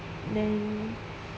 then